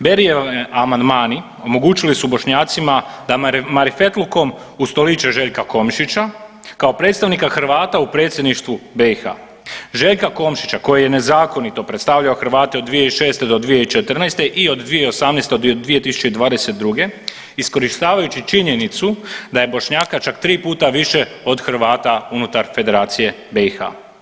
Berryjevi amandmani omogućili su Bošnjacima da marifetlukom ustoliče Željka Komšića kao predstavnika Hrvata u Predsjedništvu BiH, Željka Komšića koji je nezakonito predstavljao Hrvate od 2006.-2014. i od 2018.-2022. iskorištavajući činjenicu da je Bošnjaka čak tri puta više od Hrvata unutar Federacije BiH.